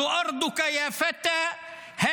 אני אתרגם,